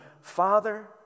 Father